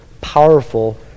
powerful